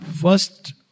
first